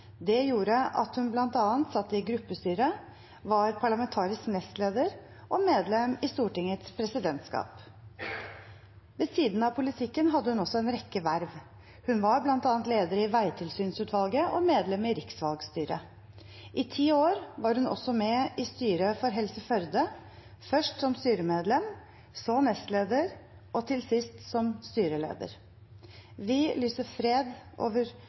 Det gjorde at hun bl.a. satt i gruppestyret, var parlamentarisk nestleder og medlem i Stortingets presidentskap. Ved siden av politikken hadde hun også en rekke verv. Hun var bl.a. leder i veitilsynsutvalget og medlem i riksvalgstyret. I ti år var hun også med i styret for Helse Førde, først som styremedlem, så nestleder og til sist som styreleder. Vi lyser fred over